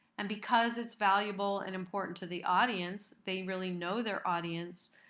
and because it's valuable and important to the audience, they really know their audience.